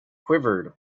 quivered